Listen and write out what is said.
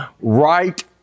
right